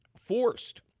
forced